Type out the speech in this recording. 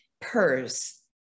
purse